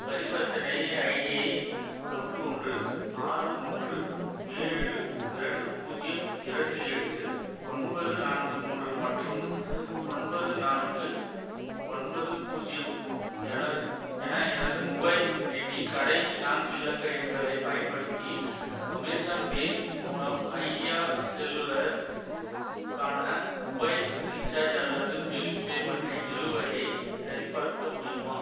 பரிவர்த்தனை ஐடியை ஒன்று ஒன்று ஆறு மூன்று ஏழு இரண்டு பூஜ்ஜியம் இரண்டு எட்டு ஒன்பது நான்கு மூன்று மற்றும் ஒன்பது நான்கு ஒன்பது பூஜ்ஜியம் என என எனது மொபைல் எண்ணின் கடைசி நான்கு இலக்க எண்களைப் பயன்படுத்தி அமேசான் பே மூலம் ஐடியா செல்லுலார் க்கான மொபைல் ரீசார்ஜ் அல்லது பில் பேமெண்ட் நிலுவையை சரிபார்க்க முடியுமா